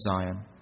Zion